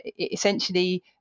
essentially